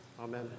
amen